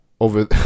Over